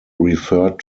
referred